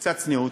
קצת צניעות.